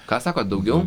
ką sakot daugiau